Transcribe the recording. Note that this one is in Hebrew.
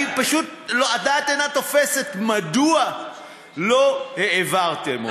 אני פשוט, הדעת אינה תופסת מדוע לא העברתם אותה.